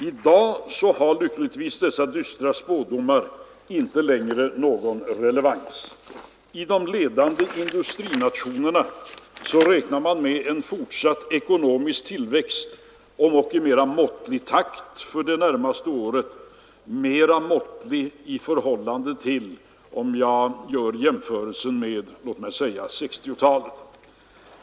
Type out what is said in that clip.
I dag har lyckligtvis dessa spådomar inte längre någon relevans. I de ledande industrinationerna förutser man en fortsatt ekonomisk tillväxt för det närmaste året, om ock i mera måttlig takt än låt mig säga under 1960-talet.